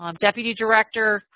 um deputy director,